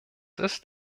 ist